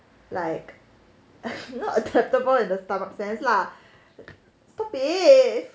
like not adaptable in the stomach sense lah stop it